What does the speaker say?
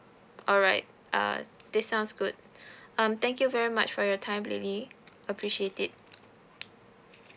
alright err this sounds good um thank you very much for your time lily appreciate it